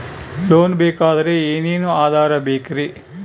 Loan ಬೇಕಾದ್ರೆ ಏನೇನು ಆಧಾರ ಬೇಕರಿ?